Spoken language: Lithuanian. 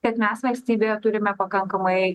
kad mes valstybėje turime pakankamai